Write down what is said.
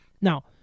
Now